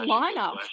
lineup